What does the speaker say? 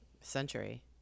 Century